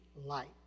light